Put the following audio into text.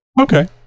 Okay